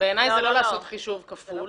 בעיניי זה לא לעשות חישוב כפול.